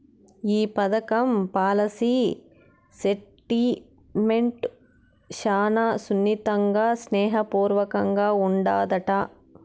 ఈ పదకం policy settlement శానా సున్నితంగా, స్నేహ పూర్వకంగా ఉండాదట